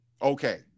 Okay